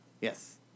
Yes